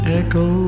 echo